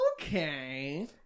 okay